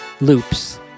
loops